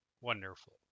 Wonderful